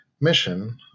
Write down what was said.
mission